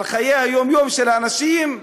על חיי היום-יום של האנשים,